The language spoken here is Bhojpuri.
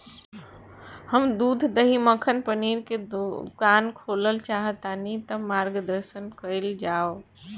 हम दूध दही मक्खन पनीर के दुकान खोलल चाहतानी ता मार्गदर्शन कइल जाव?